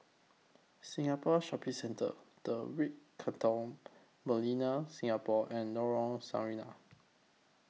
Singapore Shopping Centre The Ritz Carlton Millenia Singapore and Lorong Sarina